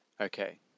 Okay